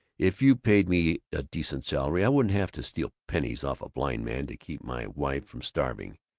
if you paid me a decent salary i wouldn't have to steal pennies off a blind man to keep my wife from starving.